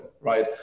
right